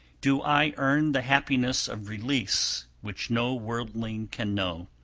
do i earn the happiness of release which no worldling can know.